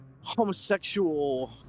homosexual